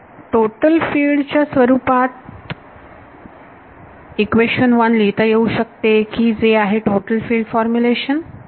विद्यार्थी total field च्या स्वरूपात इक्वेशन 1 लिहिता येऊ शकते की जे आहे टोटल फिल्ड फॉर्मुलेशन